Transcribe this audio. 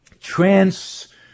Trans